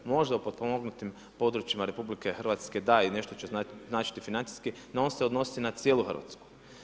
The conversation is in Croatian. Možda u potpomognutim područjima RH da i nešto će značiti financijski no on se odnosi na cijelu Hrvatsku.